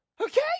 okay